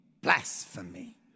blasphemy